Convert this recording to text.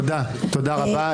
תודה רבה.